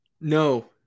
No